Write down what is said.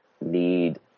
need